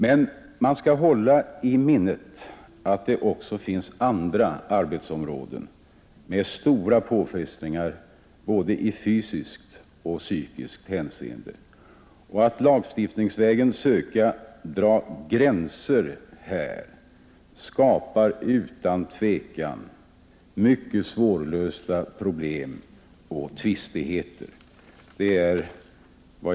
Men man skall hålla i minnet att det också finns andra arbetsområden med stora påfrestningar i både fysiskt och psykiskt hänseende. Att lagstiftningsvägen söka dra gränser här skapar utan tvivel mycket svårlösta problem och tvistigheter.